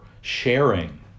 sharing